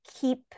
keep